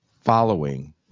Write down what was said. following